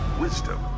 wisdom